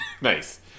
Nice